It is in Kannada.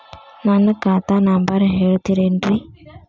ನನ್ನ ಖಾತಾ ನಂಬರ್ ಹೇಳ್ತಿರೇನ್ರಿ?